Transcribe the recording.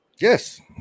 Yes